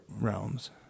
realms